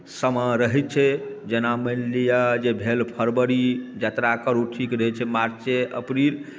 समय रहै छै जेना मानि लिअ जे भेल फरवरी यात्रा करू ठीक रहै छै मार्चे अप्रिल